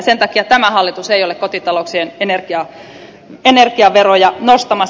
sen takia tämä hallitus ei ole kotitalouksien energiaveroja nostamassa